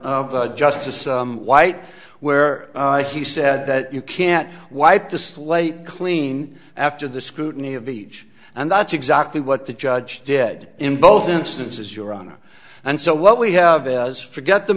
justice white where he said that you can't wipe the slate clean after the scrutiny of each and that's exactly what the judge dead in both instances your honor and so what we have as forget the